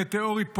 מטאורית פוליטית,